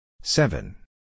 seven